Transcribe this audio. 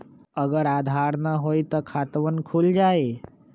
अगर आधार न होई त खातवन खुल जाई?